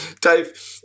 Dave